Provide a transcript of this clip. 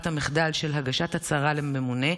בישראל לשיטה הנהוגה באיחוד האירופי,